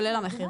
כולל המחיר.